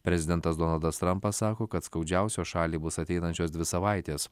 prezidentas donaldas trampas sako kad skaudžiausios šalį bus ateinančios dvi savaitės